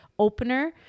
opener